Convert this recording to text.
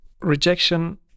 rejection